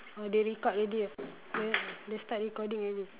oh they record already ah ya they start recording already